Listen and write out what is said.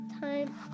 time